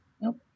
Nope